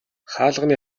хаалганы